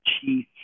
chief